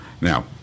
Now